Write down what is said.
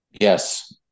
Yes